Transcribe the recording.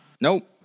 Nope